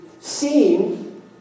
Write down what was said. seeing